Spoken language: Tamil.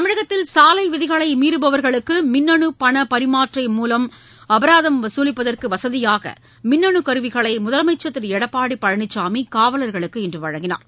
தமிழகத்தில் சாலைவிதிகளை மீறுபவர்களுக்கு மின்னனு பண பரிமாற்ற முறை மூலம் அபராதம் வசூலிப்பதற்கு வசதியாக மின்னணு கருவிகளை முதலமைச்சர் திரு எடப்பாடி பழனிசாமி காவலர்களுக்கு இன்று வழங்கினார்